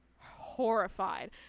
horrified